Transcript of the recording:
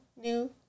new